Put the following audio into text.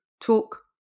talk